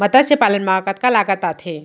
मतस्य पालन मा कतका लागत आथे?